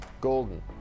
Golden